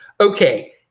Okay